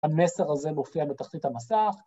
‫המסר הזה מופיע בתחתית המסך.